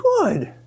Good